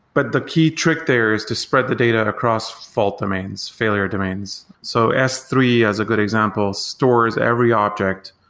but the key trick there is to spread the data across fault domains, failure domains. so s three has a good example, stores every object.